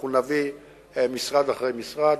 אנחנו נביא משרד אחרי משרד,